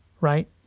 right